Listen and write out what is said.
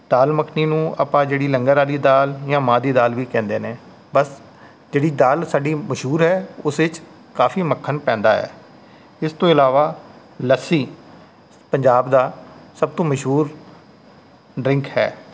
ਦਾਲ ਮੱਖਣੀ ਨੂੰ ਆਪਾਂ ਜਿਹੜੀ ਲੰਗਰ ਵਾਲੀ ਦਾਲ ਜਾਂ ਮਾਂਹ ਦੀ ਦਾਲ ਵੀ ਕਹਿੰਦੇ ਨੇ ਬਸ ਜਿਹੜੀ ਦਾਲ ਸਾਡੀ ਮਸ਼ਹੂਰ ਹੈ ਉਸ 'ਚ ਕਾਫੀ ਮੱਖਣ ਪੈਂਦਾ ਹੈ ਇਸ ਤੋਂ ਇਲਾਵਾ ਲੱਸੀ ਪੰਜਾਬ ਦਾ ਸਭ ਤੋਂ ਮਸ਼ਹੂਰ ਡਰਿੰਕ ਹੈ